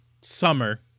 summer